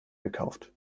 gekauft